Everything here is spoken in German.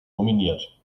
nominiert